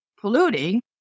polluting